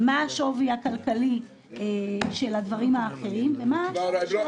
מה השווי הכלכלי של הדברים האחרים, ומה השווי של